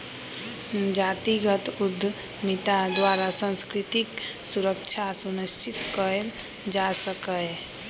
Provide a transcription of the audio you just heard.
जातिगत उद्यमिता द्वारा सांस्कृतिक सुरक्षा सुनिश्चित कएल जा सकैय